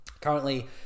currently